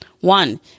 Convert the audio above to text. One